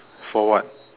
for what